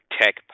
Tech